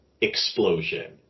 explosion